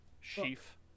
sheaf